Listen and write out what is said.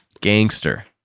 Gangster